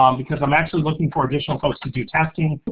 um because i'm actually looking for additional folks to do testing,